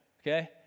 Okay